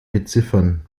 beziffern